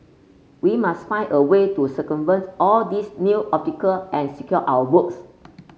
we must find a way to circumvent all these new obstacle and secure our votes